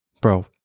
bro